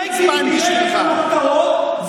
בגין פירק את המחתרות,